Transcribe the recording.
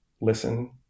listen